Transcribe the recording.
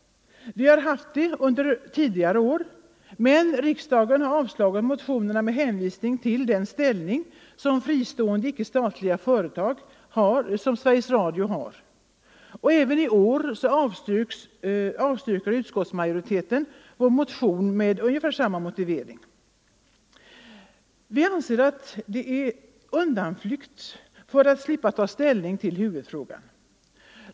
Vi har haft det under tidigare år, men riksdagen har avslagit motionerna med hänvisning till den ställning som fristående icke-statliga företag som Sveriges Radio har. Och även i år avstyrker utskottsmajoriteten vår motion med ungefär samma motivering. Vi anser det vara en undanflykt för att slippa ta ställning i huvudfrågan.